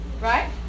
Right